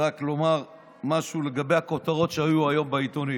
גם בבתי חולים, תוך פגיעה חמורה בכבוד האדם.